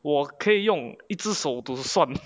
我可以用一只手 to 算